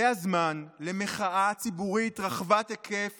זה הזמן למחאה ציבורית רחבת היקף